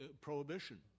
prohibition